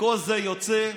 וכל זה יוצא,